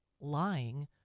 lying